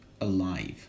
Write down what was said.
alive